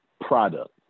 product